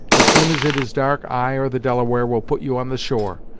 as soon as it is dark, i or the delaware will put you on the shore.